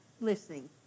Listening